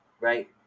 right